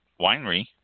winery